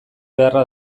beharra